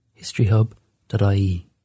historyhub.ie